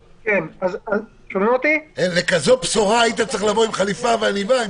לבשורה כזאת היית צריך לבוא עם חליפה ועניבה.